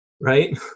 right